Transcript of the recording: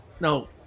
no